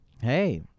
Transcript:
Hey